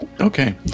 Okay